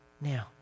now